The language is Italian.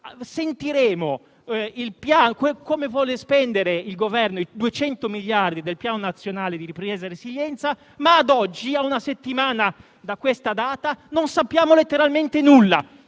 il Governo vuole spendere i 200 miliardi del Piano nazionale di ripresa e resilienza, ma ad oggi, ad una settimana da questa data, non sappiamo letteralmente nulla